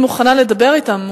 אני מוכנה לדבר אתם,